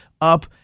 up